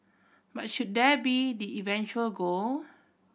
but should that be the eventual goal